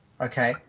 Okay